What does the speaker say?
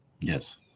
Yes